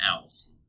else